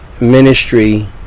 ministry